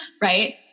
right